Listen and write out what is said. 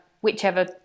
whichever